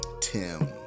Tim